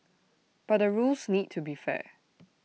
but the rules need to be fair